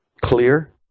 clear